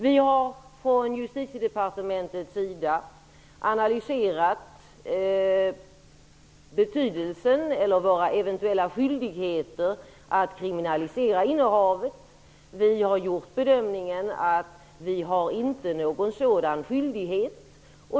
Vi har på Justitiedepartementet analyserat våra eventuella skyldigheter att kriminalisera innehavet. Vi har gjort bedömningen att vi inte har någon sådan skyldighet.